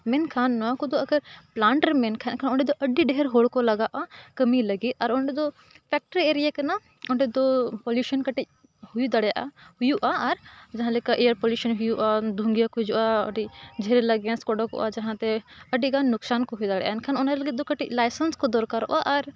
ᱢᱮᱱᱠᱷᱟᱱ ᱱᱚᱣᱟ ᱠᱚᱫᱚ ᱟᱜᱟᱨ ᱯᱞᱟᱟᱱᱴ ᱨᱮ ᱢᱮᱱᱠᱷᱟᱱ ᱮᱱᱠᱷᱟᱱ ᱚᱸᱰᱮ ᱫᱚ ᱟᱹᱰᱤ ᱰᱷᱮᱨ ᱦᱚᱲ ᱠᱚ ᱞᱟᱜᱟᱜᱼᱟ ᱠᱟᱹᱢᱤ ᱞᱟᱹᱜᱤᱫ ᱟᱨ ᱚᱸᱰᱮ ᱫᱚ ᱯᱷᱮᱠᱴᱨᱤ ᱮᱨᱤᱭᱟ ᱠᱟᱱᱟ ᱚᱸᱰᱮ ᱫᱚ ᱯᱚᱞᱤᱭᱩᱥᱚᱱ ᱠᱟᱹᱴᱤᱡ ᱦᱩᱭ ᱫᱟᱲᱮᱭᱟᱜᱼᱟ ᱦᱩᱭᱩᱜᱼᱟ ᱟᱨ ᱡᱟᱦᱟᱸ ᱞᱮᱠᱟ ᱮᱭᱟᱨ ᱯᱚᱞᱤᱭᱩᱥᱚᱱ ᱦᱩᱭᱩᱜᱼᱟ ᱫᱷᱩᱝᱜᱤᱭᱟᱹ ᱠᱚ ᱦᱩᱭᱩᱜᱼᱟ ᱟᱹᱰᱤ ᱡᱷᱟᱹᱞᱟ ᱜᱮᱥ ᱠᱚ ᱚᱰᱚᱠᱚᱜᱼᱟ ᱡᱟᱦᱟᱸᱛᱮ ᱟᱹᱰᱤ ᱜᱟᱱ ᱞᱚᱠᱥᱟᱱ ᱠᱚ ᱦᱩᱭ ᱫᱟᱲᱮᱭᱟᱜᱼᱟ ᱮᱱᱠᱷᱟᱱ ᱚᱱᱟ ᱞᱟᱹᱜᱤᱫ ᱫᱚ ᱠᱟᱹᱴᱤᱡ ᱞᱟᱭᱥᱮᱱᱥ ᱠᱚ ᱫᱚᱨᱠᱟᱨᱚᱜᱼᱟ ᱟᱨ